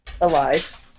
Alive